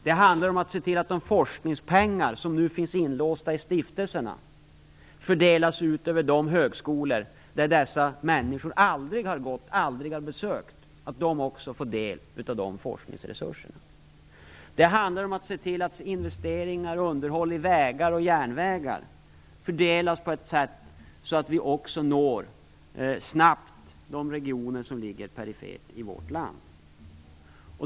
Det handlar om att se till att de forskningspengar som nu finns låsta i stiftelserna fördelas ut till de högskolor där vissa människor aldrig har gått eller ens besökt, så att de också får del av forskningsresurserna. Vidare handlar det om att se till att investeringar i och underhåll av vägar och järnvägar fördelas på ett sätt så att vi snabbt når också de regioner som ligger perifert i vårt land.